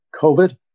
COVID